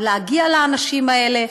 להגיע לאנשים האלה,